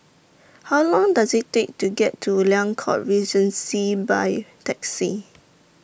How Long Does IT Take to get to Liang Court Regency By Taxi